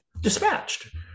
dispatched